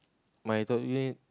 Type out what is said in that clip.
my top three name